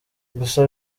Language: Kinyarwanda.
gusa